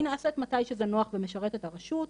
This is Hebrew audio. היא נעשית מתי שזה נוח ומשרת את הרשות.